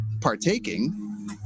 partaking